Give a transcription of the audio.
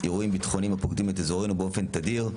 אירועים בטחוניים הפוקדים את אזורנו באופן תדיר,